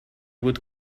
would